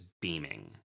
beaming